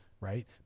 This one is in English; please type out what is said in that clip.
right